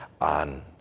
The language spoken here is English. on